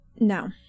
No